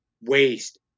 waste